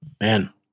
man